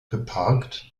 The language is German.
geparkt